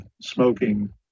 smoking